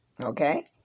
okay